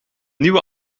nieuwe